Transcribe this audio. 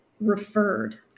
referred